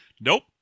nope